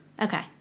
okay